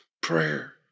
prayer